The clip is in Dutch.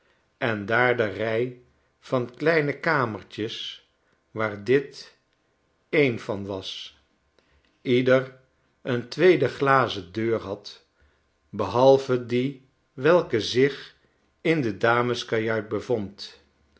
en daar de rij van kleine kamertjes waar dit een van was ieder een tweede glazen deur had behalve die welke zich in de dameskajuit bevond